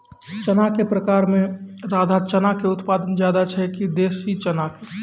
चना के प्रकार मे राधा चना के उत्पादन ज्यादा छै कि देसी चना के?